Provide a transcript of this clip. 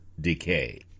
decay